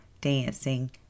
dancing